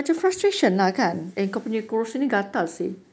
eh kau punya kerusi ni gatal seh